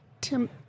Tim